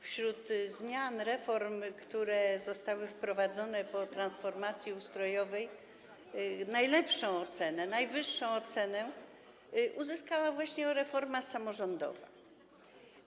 Wśród zmian, reform, które zostały wprowadzone po transformacji ustrojowej, najlepszą ocenę, najwyższą ocenę uzyskała właśnie reforma samorządowa.